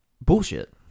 bullshit